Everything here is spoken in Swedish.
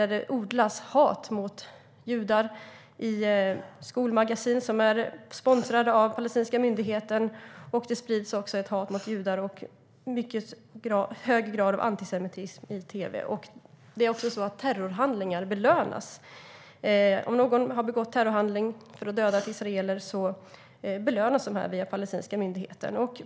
Där odlas det ett hat mot judar i skolmagasin som är sponsrade av den palestinska myndigheten. Det sprids också ett hat mot judar, och det är en mycket hög grad av antisemitism i tv. Terrorhandlingar belönas också. Om någon har begått terrorhandlingar för att döda israeler belönas denna person via den palestinska myndigheten.